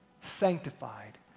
sanctified